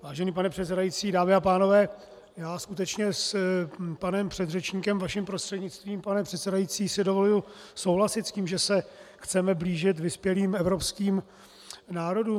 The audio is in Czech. Vážený pane předsedající, dámy a pánové, já skutečně s panem předřečníkem, vaším prostřednictvím, pane předsedající, si dovoluji souhlasit s tím, že se chceme blížit vyspělým evropským národům.